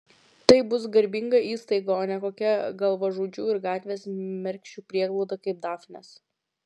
tai bus garbinga įstaiga o ne kokia galvažudžių ir gatvės mergšių prieglauda kaip dafnės